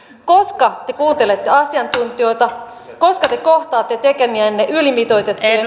koska te kuuntelette asiantuntijoita koska te kohtaatte tekemienne ylimitoitettujen